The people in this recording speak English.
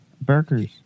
burgers